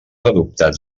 adoptats